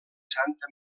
santa